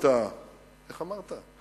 איך אמרת?